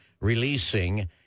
Releasing